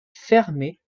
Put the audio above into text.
fermé